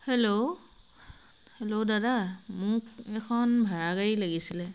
hello hello দাদা মোক এখন ভাড়া গাড়ী লাগিছিলে